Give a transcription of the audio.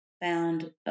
found